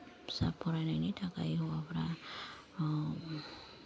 फिसा फरायनायनि थाखाय हौवाफोरा